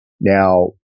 Now